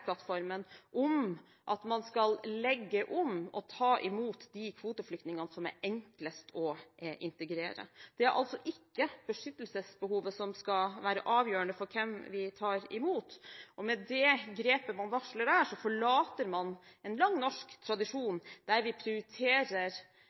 om det som står i regjeringsplattformen, at man skal legge om og ta imot de kvoteflyktningene som er enklest å integrere. Det er altså ikke beskyttelsesbehovet som skal være avgjørende for hvem vi tar imot, og med det grepet man varsler her, forlater man en lang norsk tradisjon